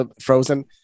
frozen